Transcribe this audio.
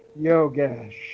Yogesh